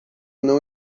não